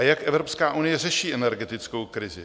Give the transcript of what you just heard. A jak Evropská unie řeší energetickou krizi?